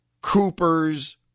Coopers